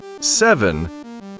seven